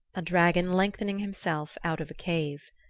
a dragon lengthening himself out of a cave.